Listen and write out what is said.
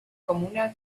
comuna